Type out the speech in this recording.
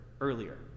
earlier